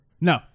No